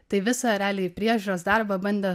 tai visą realiai priežiūros darbą bandė